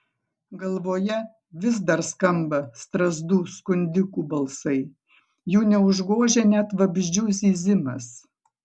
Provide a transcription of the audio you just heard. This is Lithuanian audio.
galvoje vis dar skamba strazdų skundikų balsai jų neužgožia net vabzdžių zyzimas